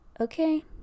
Okay